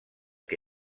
que